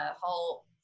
whole